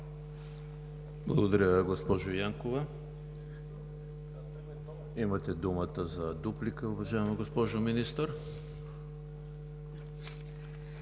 Благодаря Ви, госпожо Нитова. Имате думата за дуплика, уважаема госпожо Министър.